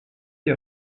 des